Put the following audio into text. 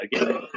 Again